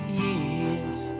years